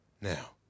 now